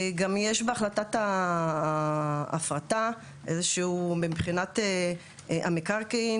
גם יש בהחלטת ההפרטה מבחינת המקרקעין,